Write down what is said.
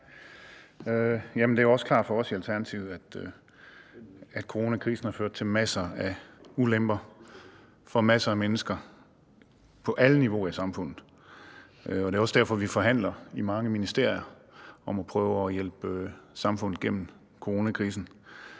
Det er også klart for os i Alternativet, at coronakrisen har ført til masser af ulemper for masser af mennesker på alle niveauer i samfundet, og det er også derfor, vi forhandler i mange ministerier om at prøve at hjælpe samfundet igennem coronakrisen.